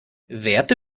werte